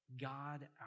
God